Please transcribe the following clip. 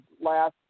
Last